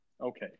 Okay